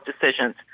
decisions